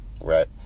right